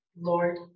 Lord